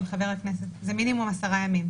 חבר הכנסת, זה מינימום עשרה ימים.